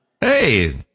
Hey